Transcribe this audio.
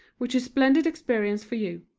which is splendid experience for you.